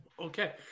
Okay